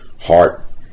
heart